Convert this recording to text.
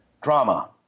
drama